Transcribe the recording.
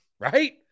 right